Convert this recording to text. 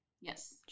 Yes